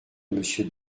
monsieur